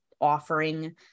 offering